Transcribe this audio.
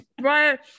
right